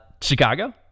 Chicago